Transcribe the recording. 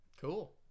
cool